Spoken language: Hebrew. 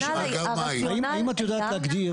האם את יודעת להגדיר,